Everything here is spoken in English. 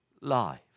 life